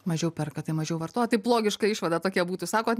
mažiau perka tai mažiau vartoja taip logiška išvada tokia būtų sakot